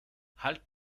halt